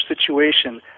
situation